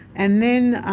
and then